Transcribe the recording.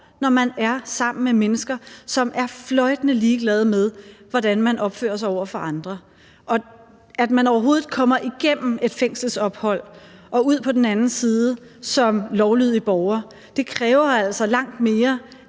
når man er sammen med mennesker, som er fløjtende ligeglade med, hvordan man opfører sig over for andre. At man overhovedet kommer igennem et fængelsophold og ud på den anden side som lovlydig borger, kræver altså langt mere,